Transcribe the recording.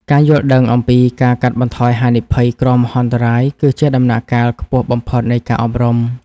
ការយល់ដឹងអំពីការកាត់បន្ថយហានិភ័យគ្រោះមហន្តរាយ គឺជាដំណាក់កាលខ្ពស់បំផុតនៃការអប់រំ។